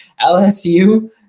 LSU